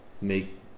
make